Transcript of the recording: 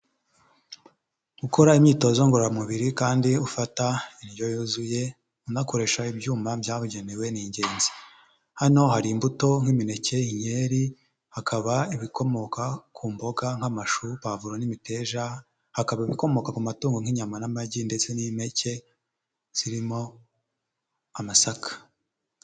Gukora imyitozo ngororamubiri kandi ufata indyo yuzuye unakoresha ibyuma byabugenewe ni ingenzi. Hano hari imbuto nk'imineke, inkeri, hakaba ibikomoka ku mboga nk'amashu, pavuro n'imija, hakaba ibikomoka ku matungo nk'inyama n'amagi ndetse n'impeke zirimo amasaka.